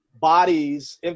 bodies